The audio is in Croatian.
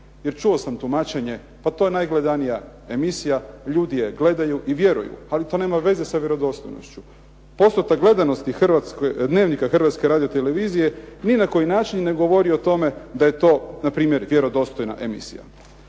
Jer čuo sam tumačenje, pa to je najgledanija emisija, ljudi je gledaju i vjeruju, ali to nema veze sa vjerodostojnošću. Postotak gledanosti "Dnevnika" Hrvatske radiotelevizije ni na koji način ne govori o tome da je to npr. vjerodostojna emisija.